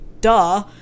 duh